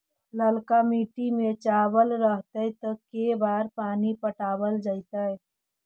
ललका मिट्टी में चावल रहतै त के बार पानी पटावल जेतै?